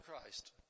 Christ